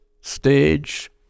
stage